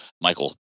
Michael